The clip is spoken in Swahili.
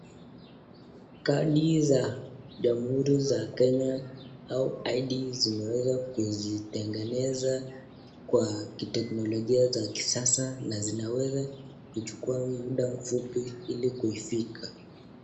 Kadi za jamhuri ya Kenya, au Id zimeweza kuzitengeneza kwa teknolojia ya kisasa, na zinaweza kuchukua mda mfupi ili kufika.